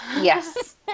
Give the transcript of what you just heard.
Yes